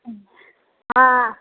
हँ